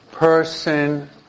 Person